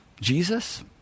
Jesus